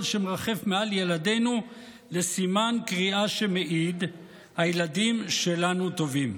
שמרחף מעל ילדינו לסימן קריאה שמעיד: הילדים שלנו טובים.